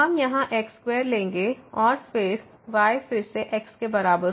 तो हम यहाँ x 2 लेंगे और फिर y फिर से x के बराबर होगा